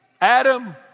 Adam